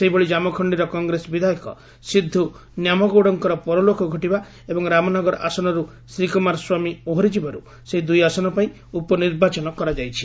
ସେହିଭଳି ଜାମଖଣ୍ଡିର କଂଗ୍ରେସ ବିଧାୟକ ସିଦ୍ଦୁ ନ୍ୟାମଗୌଡ଼ଙ୍କର ପରଲୋକ ଘଟିବା ଏବଂ ରାମନଗର ଆସନରୁ ଶ୍ରୀକୁମାର ସ୍ୱାମୀ ଓହରି ଯିବାରୁ ସେହି ଦୁଇ ଆସନପାଇଁ ଉପନର୍ବାଚନ କରାଯାଇଛି